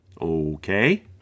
Okay